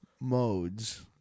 modes